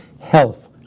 health